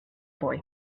boy